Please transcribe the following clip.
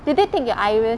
did they take your iris